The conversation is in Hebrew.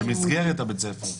במסגרת בית הספר.